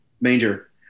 manger